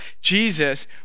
Jesus